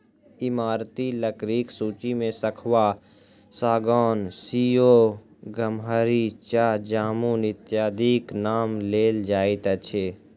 ईमारती लकड़ीक सूची मे सखुआ, सागौन, सीसो, गमहरि, चह, जामुन इत्यादिक नाम लेल जाइत अछि